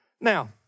Now